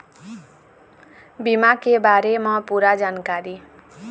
बीमा के बारे म पूरा जानकारी?